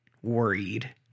Worried